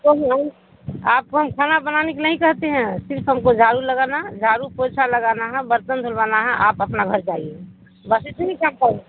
آپ کو ہم کھانا بنانے کے نہیں کہتے ہیں صرف ہم کو جھاڑو لگانا جھاڑو پوچھا لگانا ہے برتن دھلوانا ہے آپ اپنا گھر جائیے بس